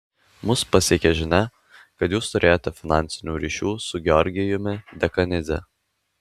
mus pasiekė žinia kad jūs turėjote finansinių ryšių su georgijumi dekanidze